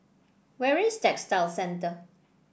where is Textile Centre